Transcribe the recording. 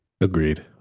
Agreed